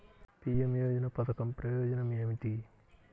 PM యోజన పధకం ప్రయోజనం ఏమితి?